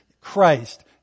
Christ